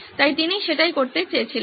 তাই তিনি সেটাই করতে চেয়েছিলেন